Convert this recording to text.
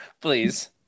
Please